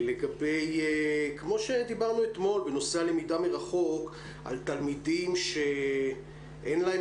כמו שדיברנו אתמול בנושא הלמידה מרחוק לגבי תלמידים שאין להם